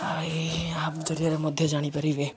ଆଉ ଏହି ଆପ୍ ଜରିଆରେ ମଧ୍ୟ ଜାଣିପାରିବେ